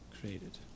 created